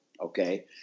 Okay